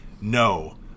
No